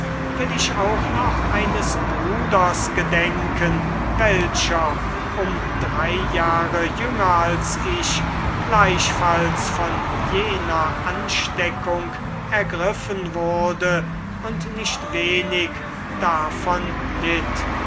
will ich auch noch eines bruders gedenken welcher um drei jahr jünger als ich gleichfalls von jener ansteckung ergriffen wurde und nicht wenig davon litt